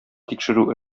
тикшерү